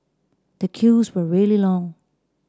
the queues were really long